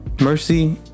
mercy